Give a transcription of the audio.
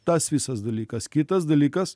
tas visas dalykas kitas dalykas